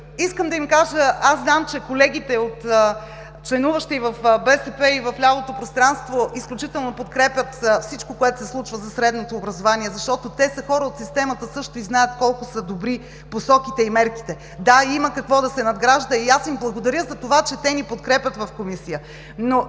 госпожа Анастасова. Знам, че колегите, членуващи в БСП, в лявото пространство изключително подкрепят всичко, което се случва за средното образование, защото те също са хора от системата и знаят колко са добри посоките и мерките. Да, има какво да се надгражда. Аз им благодаря за това, че ни подкрепят в Комисията.